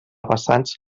vessants